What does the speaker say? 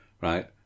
right